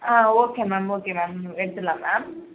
ஆ okay ma'am okay ma'am எடுத்துடலாம் ma'am